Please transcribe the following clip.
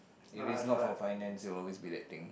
if it's not for finance it will always be that thing